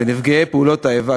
ונפגעי פעולות האיבה,